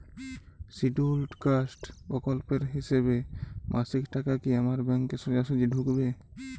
Scheduled caste প্রকল্পের হিসেবে মাসিক টাকা কি আমার ব্যাংকে সোজাসুজি ঢুকবে?